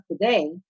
today